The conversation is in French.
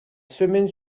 semaine